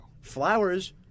Flowers